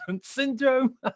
syndrome